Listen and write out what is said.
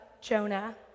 Jonah